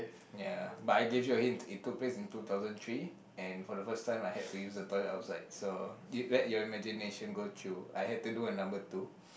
ya but I give you a hint it took place in two thousand three and for the first time I hate to use the toilet outside so let your imagination go through I had to do a number two